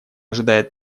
ожидает